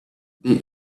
they